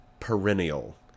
perennial